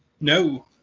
No